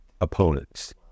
opponents